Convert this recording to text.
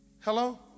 Hello